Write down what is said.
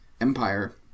empire